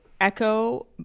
echo